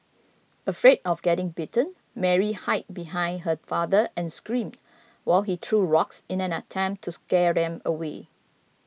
afraid of getting bitten Mary hid behind her father and screamed while he threw rocks in an attempt to scare them away